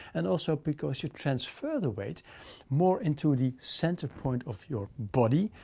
and also because you transfer the weight more into the center point of your body,